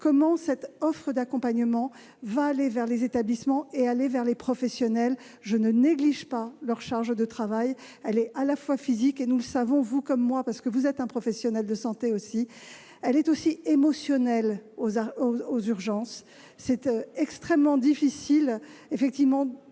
comment cette offre d'accompagnement va aller vers les établissements et vers les professionnels, dont je ne néglige pas la charge de travail, à la fois physique- nous le savons, vous comme moi, parce que vous êtes un professionnel de santé aussi -et émotionnelle : aux urgences, il est extrêmement difficile, en effet,